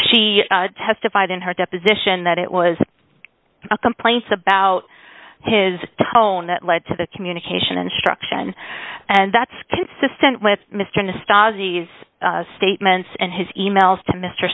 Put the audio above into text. she testified in her deposition that it was a complaints about his tone that led to the communication instruction and that's consistent with mr de stasis statements and his e mails to mr